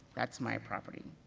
that's my property.